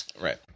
right